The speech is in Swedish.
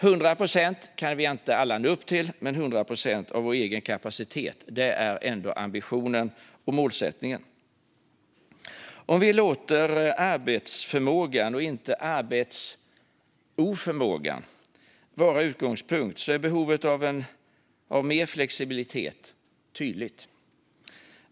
Vi kan inte alla nå upp till 100 procent, men 100 procent av vår egen kapacitet är ändå ambitionen och målsättningen. Om vi låter arbetsförmågan och inte arbetsoförmågan vara utgångspunkt blir behovet av mer flexibilitet tydligt.